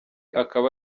akaba